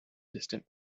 distant